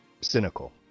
cynical